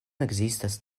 ekzistas